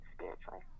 spiritually